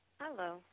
Hello